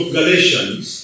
Galatians